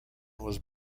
was